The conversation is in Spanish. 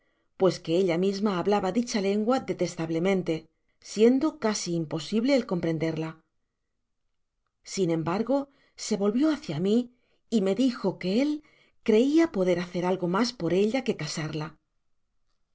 pues que ella misma hablaba dicha lengua detestablemente siendo casi imposible el comprenderla sin embargo se volvió hácia mi y me dijo que él creia poder hacer algo mas por ella que casarla